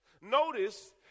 Notice